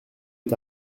est